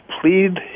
plead